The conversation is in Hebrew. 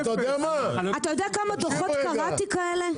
לא נכון, אתה יודע כמה דוחות קראתי כאלה?